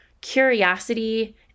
curiosity